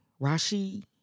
Rashi